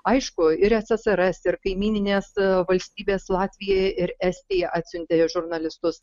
aišku ir ssrs ir kaimyninės valstybės latvija ir estija atsiuntė žurnalistus